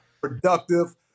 Productive